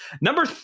Number